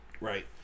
Right